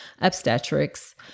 obstetrics